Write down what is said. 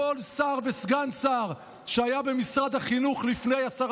כל שר וסגן שר שהיה במשרד החינוך לפני השרה